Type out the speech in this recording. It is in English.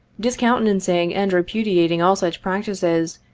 discountenancing and repudiating all such practices,